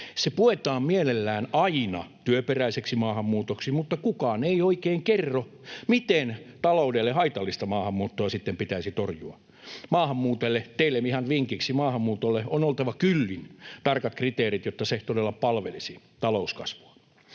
Se puetaan mielellään aina työperäiseksi maahanmuutoksi, mutta kukaan ei oikein kerro, miten taloudelle haitallista maahanmuuttoa sitten pitäisi torjua. Teille ihan vinkiksi: maahanmuutolle on oltava kyllin tarkat kriteerit, jotta se todella palvelisi talouskasvua.